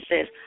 says